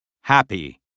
happy